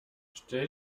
stell